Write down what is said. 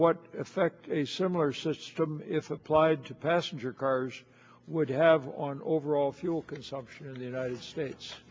what effect a similar system if applied to passenger cars would have on overall fuel consumption in the united states